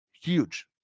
huge